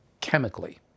chemically